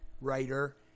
writer